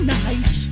nice